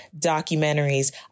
documentaries